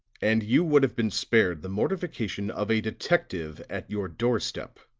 and you would have been spared the mortification of a detective at your doorstep.